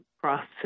process